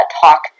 talk